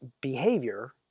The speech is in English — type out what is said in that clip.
behavior